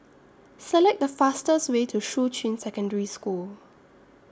Select The fastest Way to Shuqun Secondary School